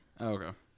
Okay